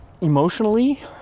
emotionally